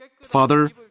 Father